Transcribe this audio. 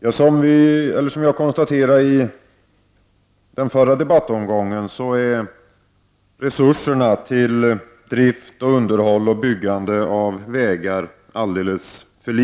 Herr talman! Som jag konstaterade i föregående debattomgång är resurserna till drift, underhåll och byggande av vägar alldeles för små.